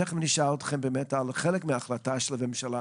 תכף נשאל אתכם על חלק מההחלטה של הממשלה